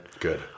Good